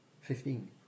fifteen